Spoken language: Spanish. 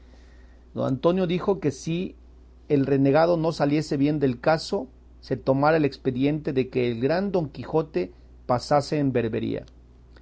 don antonio dijo que si el renegado no saliese bien del caso se tomaría el espediente de que el gran don quijote pasase en berbería